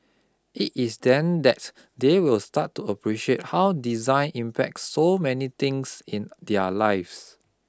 it is then that they will start to appreciate how design impacts so many things in their lives